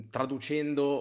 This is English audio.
Traducendo